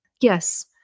Yes